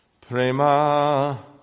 Prema